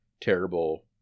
terrible